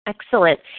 Excellent